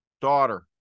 daughter